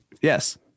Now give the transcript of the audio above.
Yes